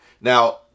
now